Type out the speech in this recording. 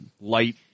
light